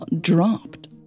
dropped